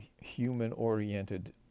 human-oriented